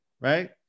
Right